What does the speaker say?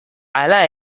hala